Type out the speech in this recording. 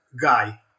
guy